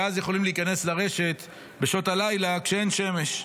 ואז יכולים להיכנס לרשת בשעות הלילה כשאין שמש.